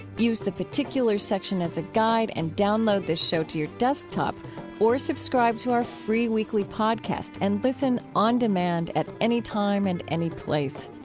use the particular section as a guide and download this show to your desktop or subscribe to our free weekly podcasts and listen on demand at any time and any place.